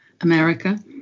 America